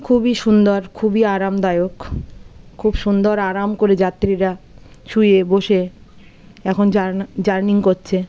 খুবই সুন্দর খুবই আরামদায়ক খুব সুন্দর আরাম করে যাত্রীরা শুয়ে বসে এখন জার্না জার্নি কোচ্ছে